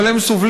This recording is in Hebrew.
אבל הם סובלים,